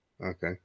Okay